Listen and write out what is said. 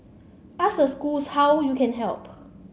ask the schools how you can help